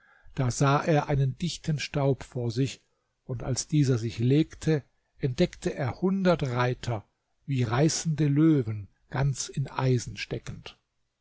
da sah er einen dichten staub vor sich und als dieser sich legte entdeckte er hundert reiter wie reißende löwen ganz in eisen steckend